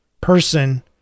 person